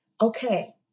Okay